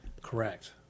Correct